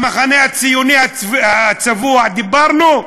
המחנה הציוני הצבוע, דיברנו?